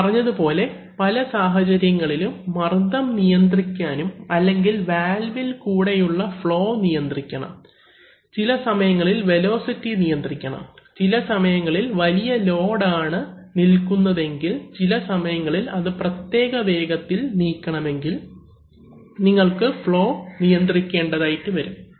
ഞാൻ പറഞ്ഞത് പോലെ പല സാഹചര്യങ്ങളിലും മർദ്ദം നിയന്ത്രിക്കണം അല്ലെങ്കിൽ വാൽവിൽ കൂടെയുള്ള ഫ്ളോ നിയന്ത്രിക്കണം ചിലസമയങ്ങളിൽ വെലോസിറ്റി നിയന്ത്രിക്കണം ചില സമയങ്ങളിൽ വലിയ ലോഡ് ആണ് നിൽക്കുന്നതെങ്കിൽ ചില സമയങ്ങളിൽ അത് പ്രത്യേക വേഗത്തിൽ നീക്കണമെങ്കിൽ നിങ്ങൾക്ക് ഫ്ളോ നിയന്ത്രിക്കേണ്ട വരും